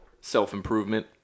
self-improvement